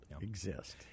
exist